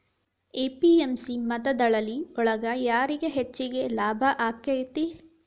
APMC ಮತ್ತ ದಲ್ಲಾಳಿ ಒಳಗ ಯಾರಿಗ್ ಹೆಚ್ಚಿಗೆ ಲಾಭ ಆಕೆತ್ತಿ?